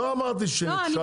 לא אמרתי שאת,